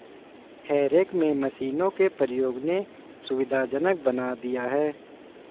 हे rake में मशीनों के प्रयोग ने सुविधाजनक बना दिया है